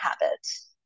habits